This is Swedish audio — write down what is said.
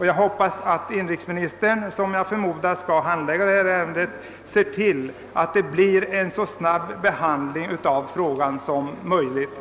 Jag har med det anförda endast velat understryka vikten av att frågan löses omedelbart.